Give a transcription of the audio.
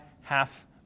half